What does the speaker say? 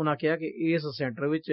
ਉਨਾਂ ਕਿਹਾ ਕਿ ਇਸ ਸੈਂਟਰ ਵਿੱਚ